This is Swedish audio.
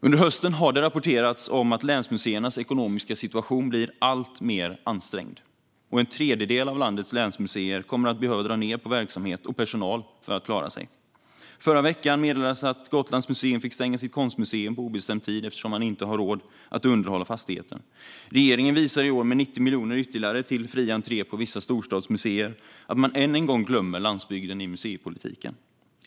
Under hösten har det rapporterats om att länsmuseernas ekonomiska situation blir alltmer ansträngd. En tredjedel av landets länsmuseer kommer att behöva dra ned på verksamhet och personal för att klara sig. Förra veckan meddelades att Gotlands museum fått stänga sitt konstmuseum på obestämd tid eftersom de inte har råd att underhålla fastigheten. Regeringen visar i år, med 90 miljoner ytterligare till fri entré på vissa storstadsmuseer, att man än en gång glömmer landsbygden i museipolitiken.